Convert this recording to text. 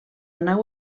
nau